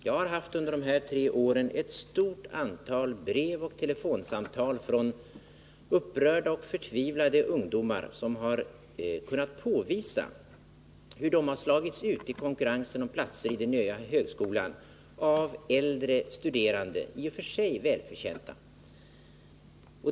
Jag har under de här tre åren fått ett stort antal brev och telefonsamtal från upprörda och förtvivlade ungdomar, som har kunnat påvisa hur de har slagits ut i konkurrensen om platser i den nya högskolan av äldre — i och för sig välförtjänta — studerande.